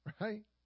right